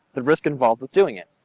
the risk involved with doing it.